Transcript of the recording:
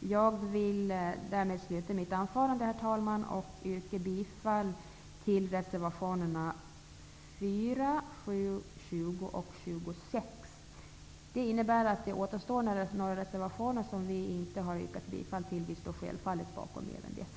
Jag vill därmed avsluta mitt anförande, herr talman, och yrkar bifall till reservationerna 4, 7, 20 och 26. Det innebär att det återstår några reservationer som vi inte har yrkat bifall till, men vi står självfallet bakom även dessa.